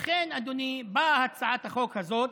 לכן, אדוני, באה הצעת החוק הזאת,